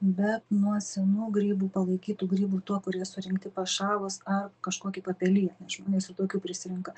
bet nuo senų grybų palaikytų grybų tuo kurie surinkti pašalus ar kažkokie papeliję žmonės ir tokių prisirenka